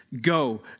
Go